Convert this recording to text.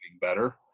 better